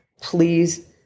Please